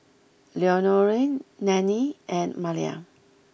Leonore Nannie and Malia